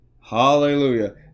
Hallelujah